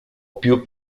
più